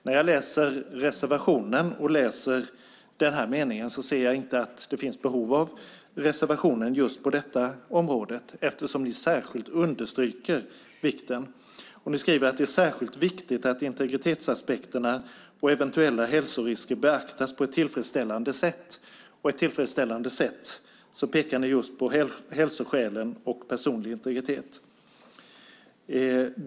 När jag läser reservationen och sedan denna mening ser jag inget behov av reservationen på detta område eftersom utskottet särskilt understryker detta. Utskottet skriver att det är särskilt viktigt att integritetsaspekter och eventuella hälsorisker beaktas på ett tillfredsställande sätt. Här pekar utskottet just på hälsoskäl och personlig integritet.